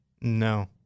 no